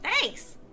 Thanks